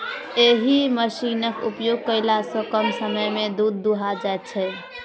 एहि मशीनक उपयोग कयला सॅ कम समय मे दूध दूहा जाइत छै